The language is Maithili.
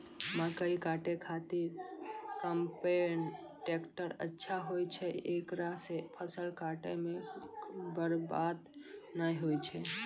मकई काटै के खातिर कम्पेन टेकटर अच्छा होय छै ऐकरा से फसल काटै मे बरवाद नैय होय छै?